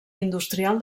industrial